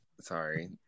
sorry